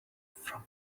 from